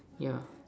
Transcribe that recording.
yeah